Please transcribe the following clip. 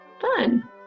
fun